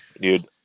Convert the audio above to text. dude